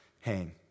hang